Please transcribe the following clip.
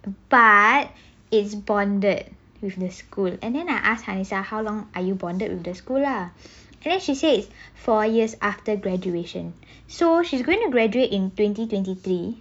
but it's bonded with the school and then I asked hanisah how long are you bonded with the school lah and then she says four years after graduation so she's going to graduate in twenty twenty three